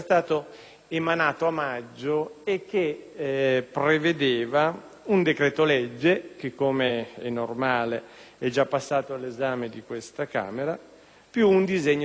fa pensare al significato dell'uso e dell'abuso della decretazione d'urgenza. Lo si è corretto per la parte che riguardava la presenza dei soldati ed il numero del contingente dei soldati sulle strade.